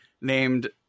named